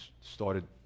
started